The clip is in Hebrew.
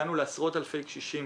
הגענו לעשות אלפי קשישים.